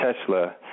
Tesla